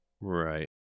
Right